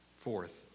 Fourth